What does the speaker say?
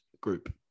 group